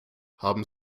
haben